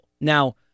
Now